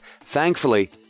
Thankfully